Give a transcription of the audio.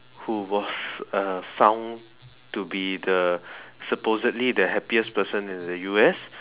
who was uh found to be the supposedly the happiest person in the U_S